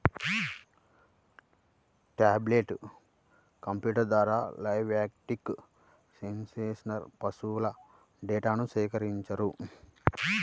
tablet కంప్యూటర్ల ద్వారా livestock census పశువుల డేటాను సేకరించారు